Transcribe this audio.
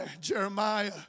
Jeremiah